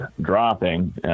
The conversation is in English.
dropping